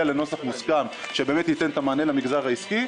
לנוסח מוסכם שייתן מענה למגזר העסקי.